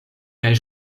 kaj